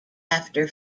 after